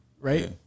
right